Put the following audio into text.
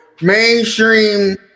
mainstream